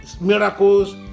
miracles